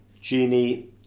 genie